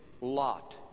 Lot